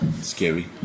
scary